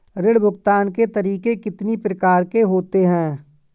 ऋण भुगतान के तरीके कितनी प्रकार के होते हैं?